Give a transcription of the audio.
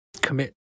commit